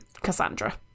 Cassandra